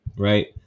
right